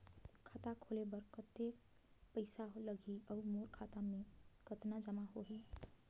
खाता खोले बर कतेक पइसा लगही? अउ मोर खाता मे कतका जमा होही?